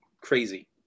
crazy